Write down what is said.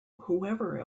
whoever